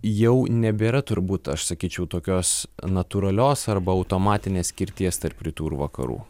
jau nebėra turbūt aš sakyčiau tokios natūralios arba automatinės skirties tarp rytų ir vakarų